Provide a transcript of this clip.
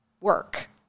work